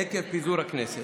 עקב פיזור הכנסת,